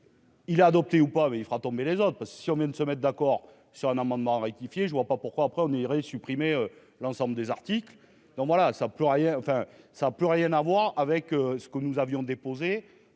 Il a adopté ou pas, mais il fera tomber les autres si on se mettent d'accord sur un amendement rectifier, je vois pas pourquoi après on irait supprimé l'ensemble des articles, donc voilà ça, plus rien, enfin ça a plus rien à voir avec ce que nous avions déposé